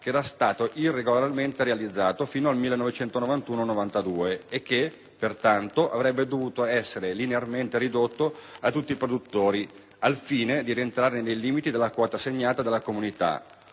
che era stato irregolarmente realizzato fino al 1991-92 e che, pertanto, avrebbe dovuto essere linearmente ridotto a tutti i produttori, al fine di rientrare nei limiti della quota assegnata dalla Comunità.